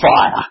fire